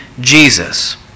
Jesus